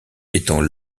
étant